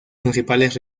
principales